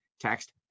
Text